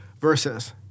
verses